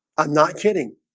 i'm not kidding